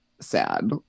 sad